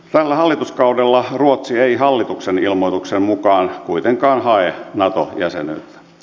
tällä hallituskaudella ruotsi ei hallituksen ilmoituksen mukaan kuitenkaan hae nato jäsenyyttä